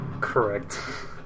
Correct